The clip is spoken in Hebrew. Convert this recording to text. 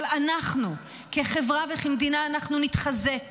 אבל אנחנו, כחברה וכמדינה, אנחנו נתחזק